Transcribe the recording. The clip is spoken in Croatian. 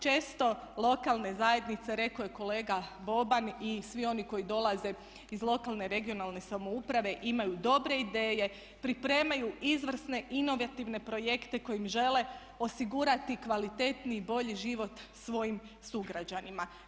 Često lokalne zajednice, rekao je kolega Boban i svi oni koji dolaze iz lokalne i regionalne samouprave, imaju dobre ideje, pripremaju izvrsne inovativne projekte kojim žele osigurati kvalitetniji i bolji život svojim sugrađanima.